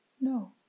no